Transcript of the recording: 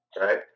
right